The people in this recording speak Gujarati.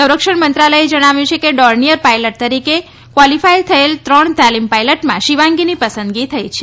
સંરક્ષણ મંત્રાલયે જણાવ્યું છે કે ડોર્નીયર પાયલટ તરીકે કવોલીફાય થયેલ ત્રણ તાલીમ પાયલટમાં શિવાંગીની પસંદગી થઇ છે